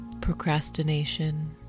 procrastination